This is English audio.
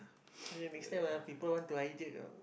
and then next time ah people want to hijack know